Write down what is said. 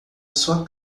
sua